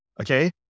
okay